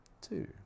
Two